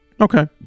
Okay